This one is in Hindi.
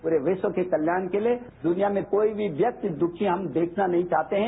पूरे विश्व के कल्याण के लिए दुनिया का कोई भी व्यक्ति दुखी हम देखना नहीं चाहते हैं